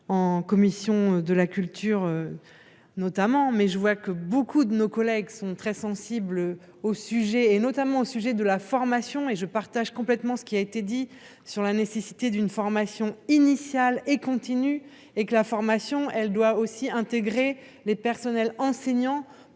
en commission de la culture. Notamment, mais je vois que beaucoup de nos collègues sont très sensibles au sujet et, notamment au sujet de la formation et je partage complètement ce qui a été dit sur la nécessité d'une formation initiale et continue et que la formation elle doit aussi intégrer les personnels enseignants